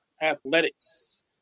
athletics